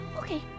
Okay